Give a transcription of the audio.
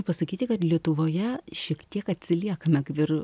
pasakyti kad lietuvoje šiek tiek atsiliekame ir